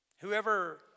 Whoever